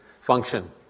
function